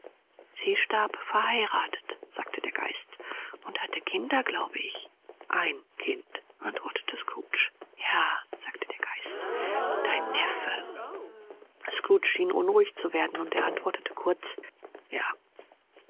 sie starb verheiratet sagte der geist und hatte kinder glaube ich ein kind antwortete scrooge ja sagte der geist dein neffe scrooge schien unruhig zu werden und er antwortete kurz ja